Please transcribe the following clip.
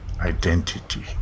Identity